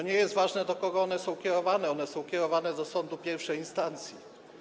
Nie jest ważne, do kogo one są kierowane, one są kierowane do sądu pierwszej instancji.